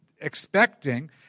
expecting